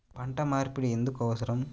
పంట మార్పిడి ఎందుకు అవసరం?